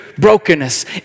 Brokenness